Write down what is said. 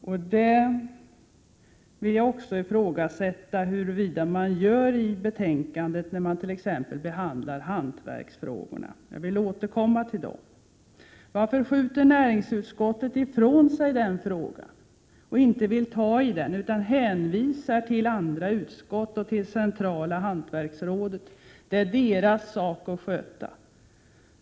Jag vill ifrågasätta huruvida man gör det i betänkandet, när man t.ex. behandlar hantverksfrågorna. Jag vill återkomma till dem. 129 Varför skjuter näringsutskottet ifrån sig den frågan? Man vill inte ta i den utan hänvisar till andra utskott och till centrala hantverksrådet och menar att det är deras sak att sköta.